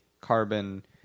Carbon